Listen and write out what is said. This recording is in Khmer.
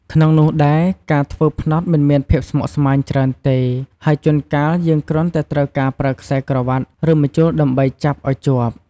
ក្នុងនោះដែរការធ្វើផ្នត់មិនមានភាពស្មុគស្មាញច្រើនទេ ហើយជួនកាលយើងគ្រាន់តែត្រូវការប្រើខ្សែក្រវាត់ ឬម្ជុលដើម្បីចាប់អោយជាប់។